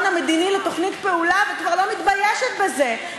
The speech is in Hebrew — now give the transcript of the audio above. המדיני לתוכנית פעולה וכבר לא מתביישת בזה.